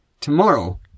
tomorrow